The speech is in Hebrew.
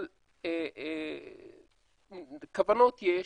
כוונות יש,